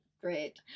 great